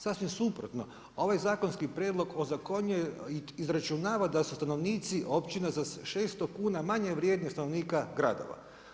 Sasvim suprotno, ovaj zakonski prijedlog ozakonjuje i izračunava da su stanovnici općina za 600 kuna manje vrijede od stanovnika gradova.